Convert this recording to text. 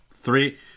three